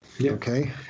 Okay